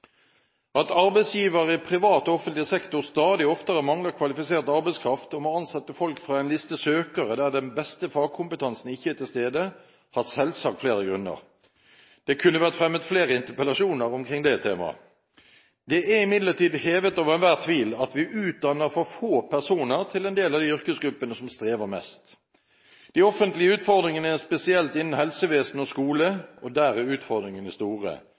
At arbeidsgivere i privat og offentlig sektor stadig oftere mangler kvalifisert arbeidskraft og må ansette folk fra en liste søkere der den beste fagkompetansen ikke er til stede, har selvsagt flere grunner. Det kunne vært fremmet flere interpellasjoner omkring det temaet. Det er imidlertid hevet over enhver tvil at vi utdanner for få personer til en del av de yrkesgruppene som strever mest. De offentlige utfordringene er spesielt innen helsevesen og skole, og der er utfordringene store.